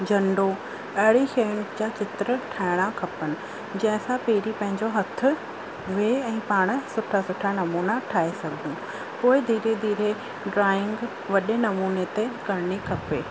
झंडो अहिड़ी शयूं जा चित्र ठाहिणा खपनि जंहिं सां पहिरीं पंहिंजो हथु वेह ऐं पाण सुठा सुठा नमूना ठाहे सघूं पोइ धीरे धीरे ड्रॉइंग वॾे नमूने ते करिणी खपे